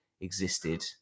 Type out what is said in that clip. existed